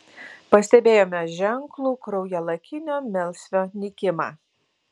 pastebėjome ženklų kraujalakinio melsvio nykimą